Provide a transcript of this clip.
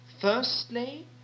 Firstly